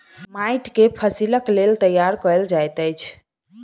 माइट के फसीलक लेल तैयार कएल जाइत अछि